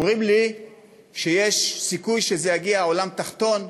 אומרים לי שיש סיכוי שזה יגיע לעולם תחתון.